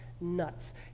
nuts